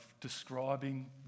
describing